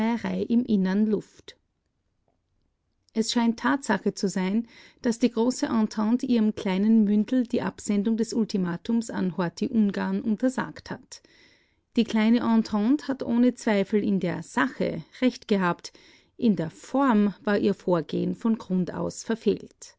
im innern luft es scheint tatsache zu sein daß die große entente ihrem kleinen mündel die absendung des ultimatums an horthy-ungarn untersagt hat die kleine entente hat ohne zweifel in der sache recht gehabt in der form war ihr vorgehen von grund aus verfehlt